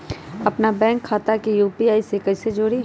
अपना बैंक खाता के यू.पी.आई से कईसे जोड़ी?